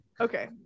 Okay